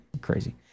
crazy